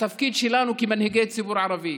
התפקיד שלנו כמנהיגי הציבור הערבי,